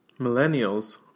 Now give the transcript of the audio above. Millennials